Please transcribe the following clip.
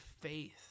faith